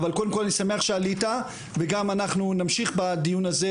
אבל אנחנו עדיין במודל ישן,